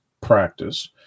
practice